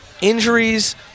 injuries